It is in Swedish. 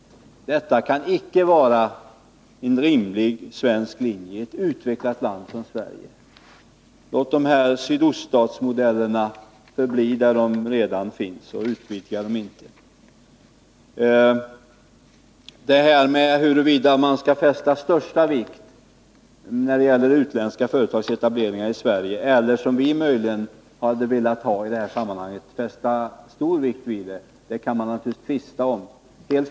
Detta kan inte vara en rimlig linje i ett utvecklat land som Sverige. Låt de här sydoststatsmodellerna förbli där de redan finns och utvidga inte deras tillämpningsområde! Huruvida man skall fästa ”största vikt” vid utländska företags etableringar i Sverige eller, som vi möjligen hade velat ha i sammanhanget, fästa ”stor vikt” vid det, kan man naturligtvis tvista om.